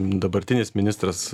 dabartinis ministras